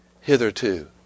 hitherto